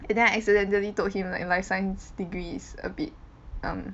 eh then I accidentally told him like life science degree is a bit um